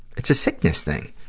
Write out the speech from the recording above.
it's a sickness thing.